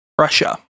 Russia